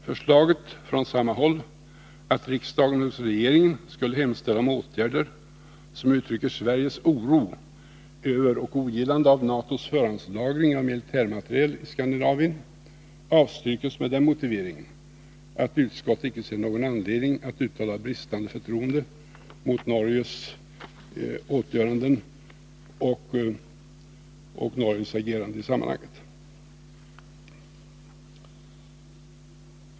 Förslaget från samma håll att riksdagen hos regeringen skulle hemställa om åtgärder som uttrycker Sveriges oro över och ogillande av NATO:s förhandslagring av militär materiel i Skandinavien avstyrks med den motiveringen att utskottet icke ser någon anledning att uttala bristande förtroende mot Norges agerande i sammanhanget.